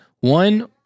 one